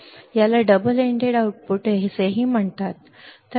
याला double ended output okay असेही म्हणतात